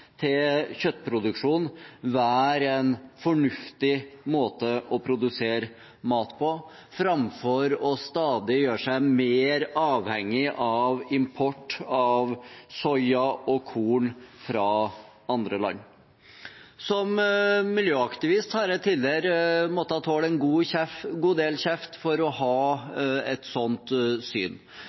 til kjøttproduksjon være en fornuftig måte å produsere mat på, framfor å gjøre seg stadig mer avhengig av import av soya og korn fra andre land. Som miljøaktivist har jeg tidligere måttet tåle en god del kjeft for å ha et slikt syn,